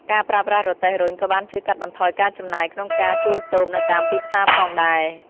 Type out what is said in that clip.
ការប្រើប្រាស់រទេះរុញក៏បានជួយកាត់បន្ថយការចំណាយក្នុងការជួលតូបនៅតាមទីផ្សារផងដែរ។